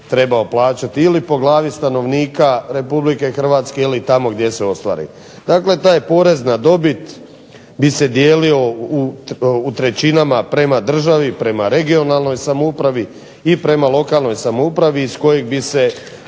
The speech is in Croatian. trebao plaćati ili po glavi stanovnika Republike Hrvatske ili tamo gdje se ostvari. Dakle taj porez na dobit bi se dijelio u trećinama prema državi, prema regionalnoj samoupravi, i prema lokalnoj samoupravi iz kojeg bi se